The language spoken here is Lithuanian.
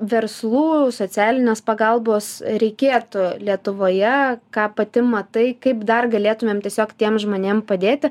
verslų socialinės pagalbos reikėtų lietuvoje ką pati matai kaip dar galėtumėm tiesiog tiem žmonėm padėti